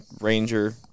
ranger